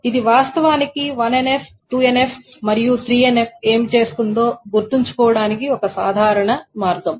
ఇది వాస్తవానికి 1NF 2NF మరియు 3NF ఏమి చేస్తుందో గుర్తుంచుకోవడానికి ఒక సాధారణ మార్గం